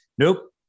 Nope